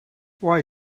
why